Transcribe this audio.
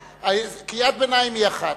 קריאת ביניים היא אחת.